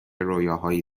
رویاهایی